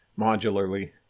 modularly